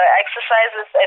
exercises